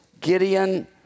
Gideon